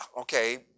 okay